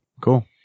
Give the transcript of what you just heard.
Cool